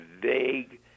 vague